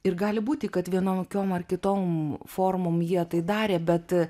ir gali būti kad vienokiom ar kitom formom jie tai darė bet